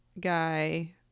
guy